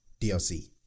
DLC